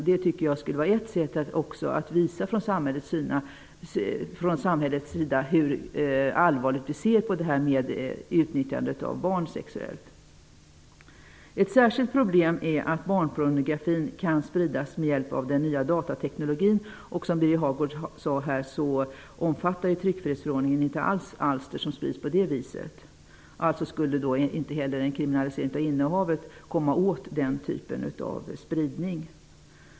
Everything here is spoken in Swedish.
Det vore ett sätt att visa från samhällets sida hur allvarligt man ser på detta med sexuellt utnyttjande av barn. Ett särskilt problem är att barnpornografi kan spridas med hjälp av den nya datateknologin. Som Birger Hagård sade omfattar inte tryckfrihetsförordningen alster som sprids på det viset. Alltså skulle man inte med en kriminalisering av innehavet kunna komma åt den typen av spridning.